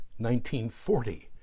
1940